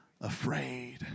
afraid